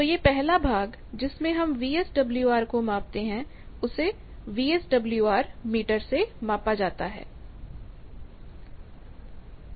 तो यह पहला भाग जिसमें हम वीएसडब्ल्यूआर को मापते हैं उसे वीएसडब्ल्यूआर मीटर से मापा जाता है